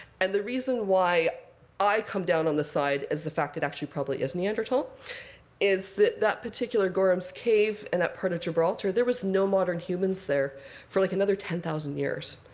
and the reason why i come down on this side is the fact it actually probably is neanderthal is that that particular gorham's cave in that part of gibraltar there was no modern humans there for like another ten thousand years.